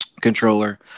controller